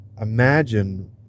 imagine